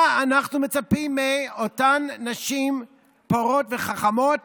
אנחנו מצפים מאותן נשים פורות וחכמות